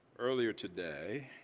earlier today,